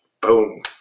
boom